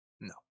No